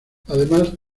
además